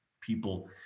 people